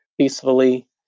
peacefully